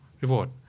reward